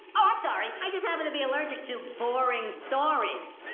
ah i'm sorry, i just happen to be allergic to boring stories!